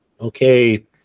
okay